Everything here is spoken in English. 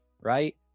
right